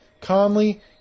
Conley